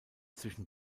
zwischen